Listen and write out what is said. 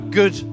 good